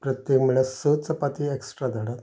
प्रत्येक म्हळ्या स चपाती एक्स्ट्रा धाडात